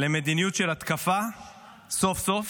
למדיניות של התקפה סוף-סוף.